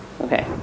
Okay